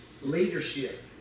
Leadership